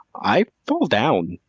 i fall down.